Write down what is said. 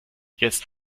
jetzt